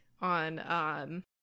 on